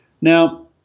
Now